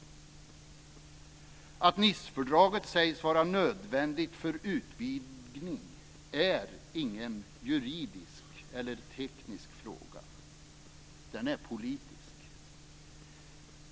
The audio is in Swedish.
Att Nicefördraget sägs vara nödvändigt för utvidgningen är ingen juridisk eller teknisk fråga. Det är en politisk fråga.